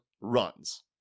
runs